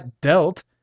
dealt